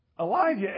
Elijah